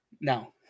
No